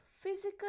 physical